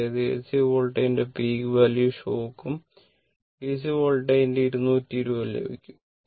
അതായത് AC വോൾട്ടേജിൽ peak value ഷോക്കും DC വോൾട്ടേജിൽ 220 ഉം ലഭിക്കും